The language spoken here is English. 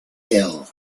hill